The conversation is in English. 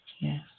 Yes